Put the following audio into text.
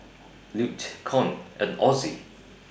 Lute Con and Ozie